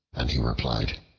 and he replied,